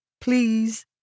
Please